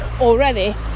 already